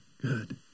good